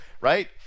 Right